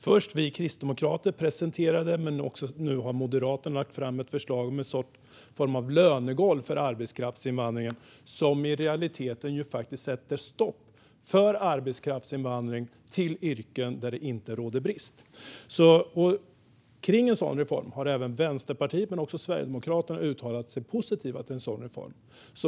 Först presenterade vi kristdemokrater det, men nu har också Moderaterna lagt fram ett förslag om en form av lönegolv för arbetskraftsinvandring som i realiteten faktiskt sätter stopp för arbetskraftsinvandring till yrken där det inte råder brist. Även Vänsterpartiet och Sverigedemokraterna har uttalat sig positiva till en sådan reform.